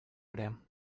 madam